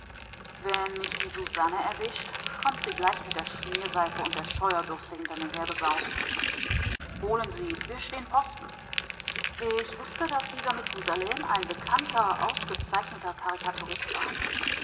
wenn mich die susanne erwischt kommt sie gleich mit der schmierseife und der scheuerbürste hinter mir hergesaust holen sie es wir stehen posten ich wußte daß dieser methusalem ein bekannter ausgezeichneter karikaturist war